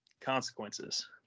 consequences